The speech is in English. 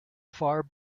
far